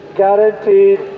guaranteed